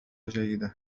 جيدة